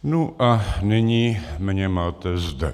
Nu a nyní mě máte zde.